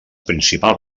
principals